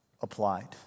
applied